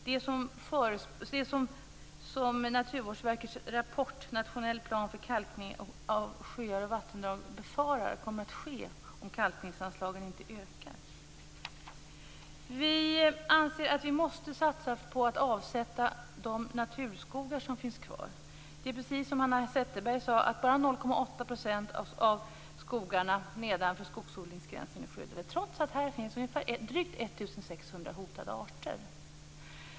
Det är vad Naturvårdsverkets rapport Nationell plan för kalkning av sjöar och vattendrag befarar kommer att ske om inte kalkningsanslagen ökar. Vi anser att vi måste satsa på att avsätta de naturskogar som finns kvar. Det är precis som Hanna Zetterberg sade. Bara 0,8 % av skogarna nedanför skogsodlingsgränsen är skyddade - trots att där finns drygt 1 600 hotade arter.